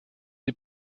des